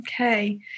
Okay